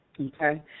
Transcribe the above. Okay